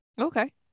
Okay